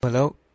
Hello